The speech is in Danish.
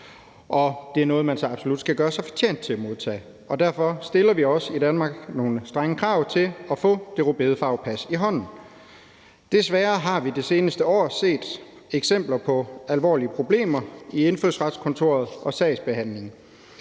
og det er noget, man så absolut skal gøre sig fortjent til at modtage. Derfor stiller vi også i Danmark nogle strenge krav til at få det rødbedefarvede pas i hånden. Desværre har vi det seneste år set eksempler på alvorlige problemer i Indfødsretskontoret og sagsbehandlingen.